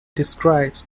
describes